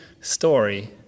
story